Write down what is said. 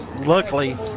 luckily